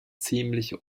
ziemliche